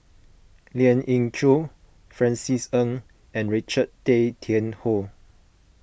Lien Ying Chow Francis Ng and Richard Tay Tian Hoe